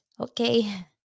Okay